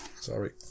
sorry